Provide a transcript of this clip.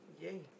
Yay